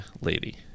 lady